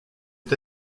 est